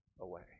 away